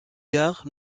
gare